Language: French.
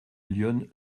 lyonne